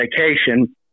vacation